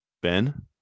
Ben